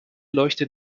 leuchtet